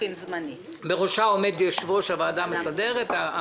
בראשה עומד יושב-ראש הוועדה המסדרת.